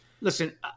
listen